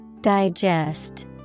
Digest